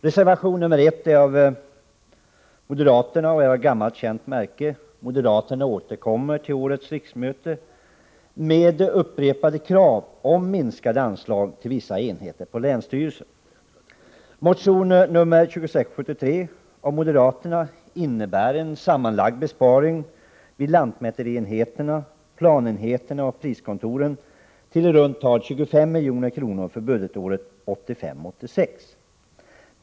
Reservation nr 1 av moderaterna är av gammalt känt märke. Moderaterna återkommer till årets riksmöte med upprepade krav om minskade anslag till vissa enheter på länsstyrelserna. Motion nr 2673 av moderaterna innebär en sammanlagd besparing vid lantmäterienheterna, planenheterna och priskontoren på i runt tal 25 milj.kr. för budgetåret 1985/86.